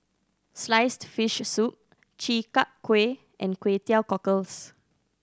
sliced fish soup Chi Kak Kuih and Kway Teow Cockles